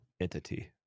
entity